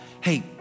Hey